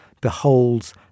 beholds